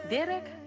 Dirk